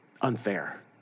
unfair